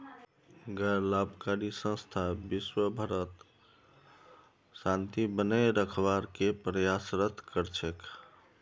गैर लाभकारी संस्था विशव भरत शांति बनए रखवार के प्रयासरत कर छेक